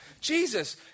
Jesus